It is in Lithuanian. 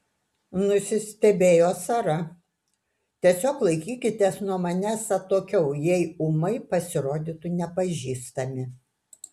nusistebėjo sara tiesiog laikykitės nuo manęs atokiau jei ūmai pasirodytų nepažįstami